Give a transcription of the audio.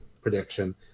prediction